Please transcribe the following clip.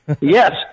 yes